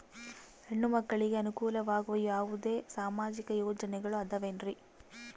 ಹೆಣ್ಣು ಮಕ್ಕಳಿಗೆ ಅನುಕೂಲವಾಗುವ ಯಾವುದೇ ಸಾಮಾಜಿಕ ಯೋಜನೆಗಳು ಅದವೇನ್ರಿ?